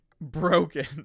Broken